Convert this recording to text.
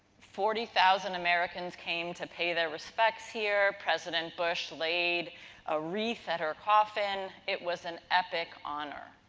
forty thousand americans came to pay their respects here. president bush laid a wreath at her coffin. it was an epic honor.